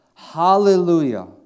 Hallelujah